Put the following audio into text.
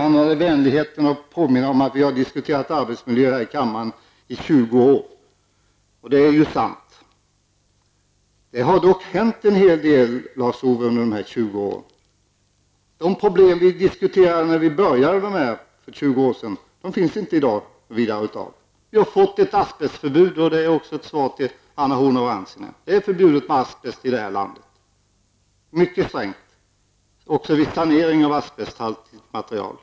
Han hade vänligheten att påminna mig om att vi har diskuterat arbetsmiljö här i kammaren i 20 år. Det är ju sant. Det har dock hänt en hel del under dessa 20 år, Lars-Ove Hagberg. De problem som vi diskuterade när vi började för 20 år sedan finns inte i dag. Vi har fått ett asbestförbud -- och det är också ett svar till Anna Horn af Rantzien. Det är förbjudet med asbest i det här landet. Detta gäller också mycket strängt vid sanering av asbesthaltigt material.